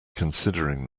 considering